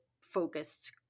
focused